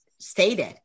stated